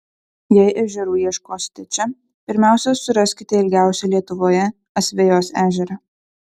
jei ežerų ieškosite čia pirmiausia suraskite ilgiausią lietuvoje asvejos ežerą